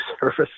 service